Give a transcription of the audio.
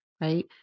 right